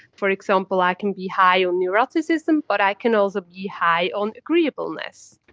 for example, i can be high on neuroticism but i can also be high on agreeableness.